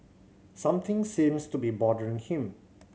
something seems to be bothering him